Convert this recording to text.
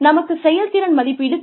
நமக்குச் செயல்திறன் மதிப்பீடு தேவை